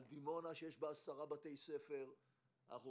על דימונה, שיש בה עשרה בתי ספר ועוד ועוד.